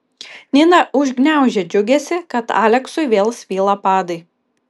nina užgniaužė džiugesį kad aleksui vėl svyla padai